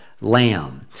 lamb